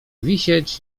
wisieć